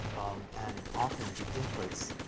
and often the inputs